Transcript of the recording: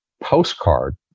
postcard